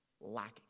lacking